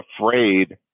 afraid